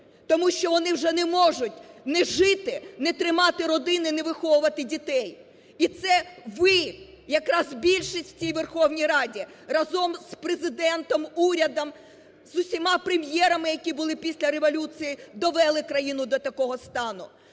тому що вони вже не можуть ні жити, ні тримати родини, ні виховувати дітей? І це ви, якраз більшість у цій Верховній Раді разом з Президентом, урядом, з усіма прем'єрами, які були після революції довели країну до такого стану.